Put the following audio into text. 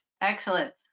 Excellent